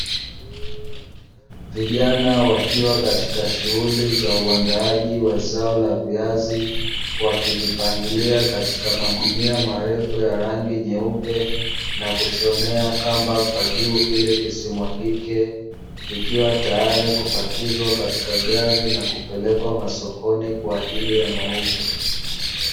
Vijana wakiwa katika shughuli za uandaaji wa zao la viazi, wakivipangilia katika magunia marefu ya rangi nyeupe, na kushonea kamba kwa juu ili visimwagike, vikiwa tayari kupakizwa katika gari, na kupelekwa masokoni kwa ajili ya mauzo.